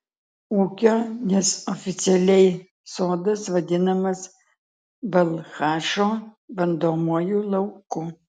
ūkio nes oficialiai sodas vadinamas balchašo bandomuoju lauku